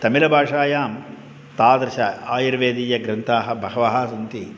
तमिलभाषायां तादृशाः आयुर्वेदीयग्रन्थाः बहवः सन्ति